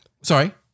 sorry